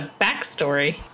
backstory